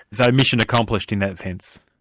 mission accomplished, in that sense?